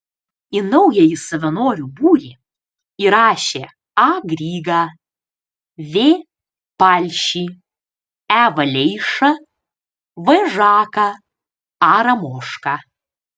į naująjį savanorių būrį įrašė a grygą v palšį e valeišą v žaką a ramošką